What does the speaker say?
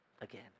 again